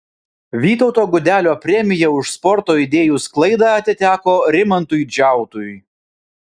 vytauto gudelio premija už sporto idėjų sklaidą atiteko rimantui džiautui